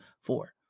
four